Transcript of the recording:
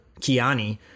Kiani